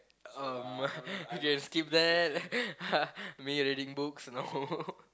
um okay skip that ha me reading books no